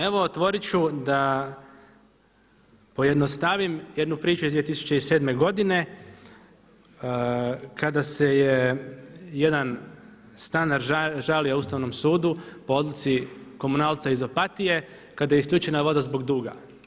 Evo otvoriti ću da pojednostavim jednu priču iz 2007. godine kada se je jedan stanar žalio Ustavnom sudu po odluci komunalca iz Opatije kada je isključena voda zbog duga.